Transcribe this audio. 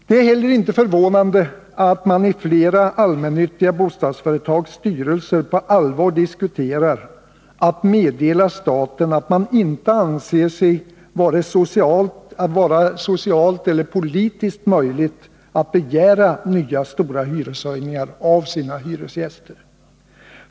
Det är heller inte förvånande att man i flera allmännyttiga bostadsföretags styrelser på allvar diskuterar om man skall meddela staten att man inte anser det vare sig socialt eller politiskt möjligt att begära nya stora hyreshöjningar av sina hyresgäster.